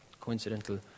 coincidental